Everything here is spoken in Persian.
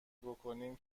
بکنیم